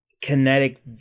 kinetic